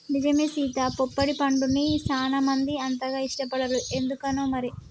నిజమే సీత పొప్పడి పండుని సానా మంది అంతగా ఇష్టపడరు ఎందుకనో మరి